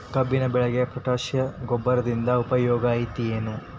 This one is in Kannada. ಕಬ್ಬಿನ ಬೆಳೆಗೆ ಪೋಟ್ಯಾಶ ಗೊಬ್ಬರದಿಂದ ಉಪಯೋಗ ಐತಿ ಏನ್?